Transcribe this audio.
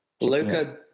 Luca